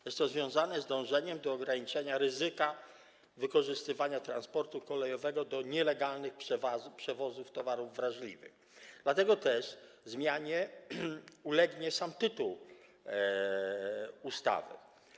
Jest to związane z dążeniem do ograniczenia ryzyka wykorzystywania transportu kolejowego do nielegalnych przewozów towarów wrażliwych, dlatego też zmianie ulegnie sam tytuł ustawy.